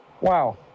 Wow